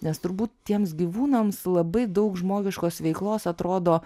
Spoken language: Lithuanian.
nes turbūt tiems gyvūnams labai daug žmogiškos veiklos atrodo